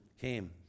came